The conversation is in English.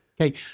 Okay